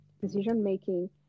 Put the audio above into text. decision-making